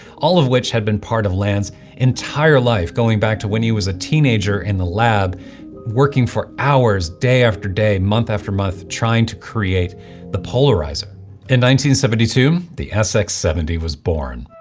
all of which had been part of land's entire life going back to when he was a teenager in the lab working for hours day after day, month after month, trying to create the polarizer and seventy two, the sx seventy was born.